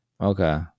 Okay